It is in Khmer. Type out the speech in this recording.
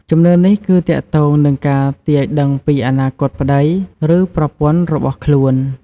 ជំនឿនេះគឺទាក់ទងនឹងការទាយដឹងពីអនាគតប្ដី ឬប្រពន្ធរបស់ខ្លួន។